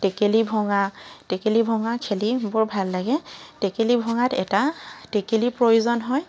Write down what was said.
টেকেলী ভঙা টেকেলী ভঙা খেলি বৰ ভাল লাগে টেকেলী ভঙাত এটা টেকেলী প্ৰয়োজন হয়